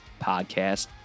podcast